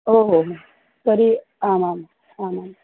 ओ हो तर्हि आमाम् आमाम्